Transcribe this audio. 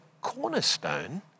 cornerstone